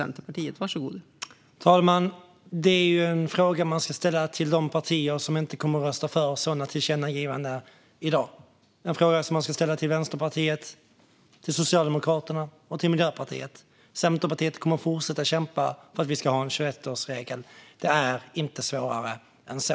Fru talman! Det är en fråga som ska ställas till de partier som inte kommer att rösta för sådana tillkännagivanden i dag. Det är en fråga som ska ställas till Vänsterpartiet, till Socialdemokraterna och till Miljöpartiet. Centerpartiet kommer att fortsätta kämpa för att vi ska ha en 21-årsregel. Det är inte svårare än så.